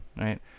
Right